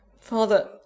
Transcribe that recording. Father